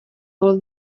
all